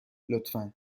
لطفا